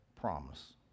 promise